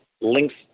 links